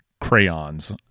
crayons